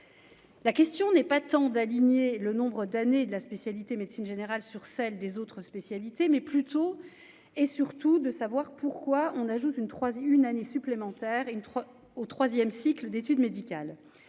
la question n'est pas tant d'aligner le nombre d'années de la spécialité médecine générale sur celle des autres spécialités mais plutôt et surtout de savoir pourquoi on ajoute une trois et une année supplémentaire et une trois au 3ème cycle d'études médicales